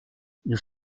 nous